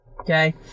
okay